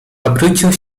obrócił